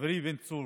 חברי בן צור,